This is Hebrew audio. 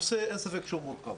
אין ספק שהוא מורכב,